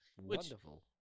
Wonderful